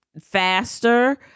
faster